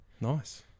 Nice